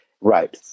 Right